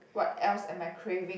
what else am I craving